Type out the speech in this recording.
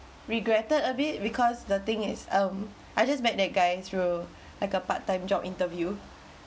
regretted a bit because the thing is um I just met that guy through like a part time job interview